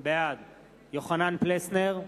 בעד יוחנן פלסנר,